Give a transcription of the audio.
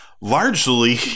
largely